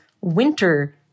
winter